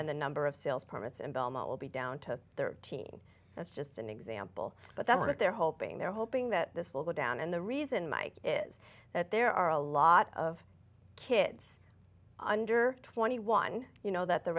then the number of sales permits in belmont will be down to thirteen that's just an example but that's what they're hoping they're hoping that this will go down and the reason mike is that there are a lot of kids under twenty one you know that the